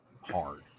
hard